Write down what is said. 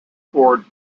cord